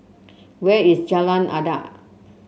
where is Jalan Adat